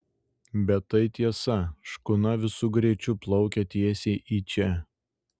bet tai tiesa škuna visu greičiu plaukia tiesiai į čia